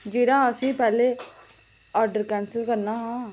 जेह्ड़ा असें पैह्लें ऑर्डर कैंसिल करना हा